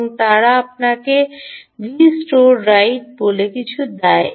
এবং তারা আপনাকে Vstore রাইট বলে কিছু দেয়